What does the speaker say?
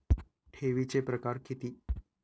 ठेवीचे प्रकार किती?